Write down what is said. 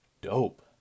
dope